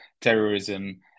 terrorism